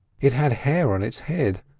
it had hair on its head,